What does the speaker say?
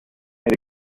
made